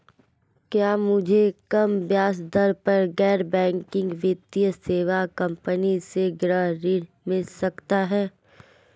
क्या मुझे कम ब्याज दर पर गैर बैंकिंग वित्तीय सेवा कंपनी से गृह ऋण मिल सकता है?